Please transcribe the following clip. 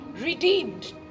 Redeemed